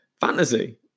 fantasy